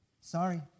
Sorry